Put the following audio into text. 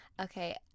Okay